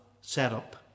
setup